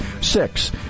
Six